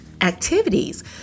activities